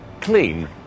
Clean